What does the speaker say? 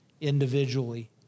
individually